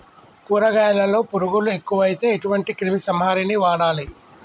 కూరగాయలలో పురుగులు ఎక్కువైతే ఎటువంటి క్రిమి సంహారిణి వాడాలి?